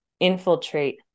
infiltrate